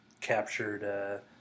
captured